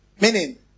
Meaning